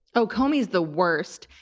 oh, comey is the worst.